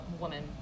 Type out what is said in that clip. woman—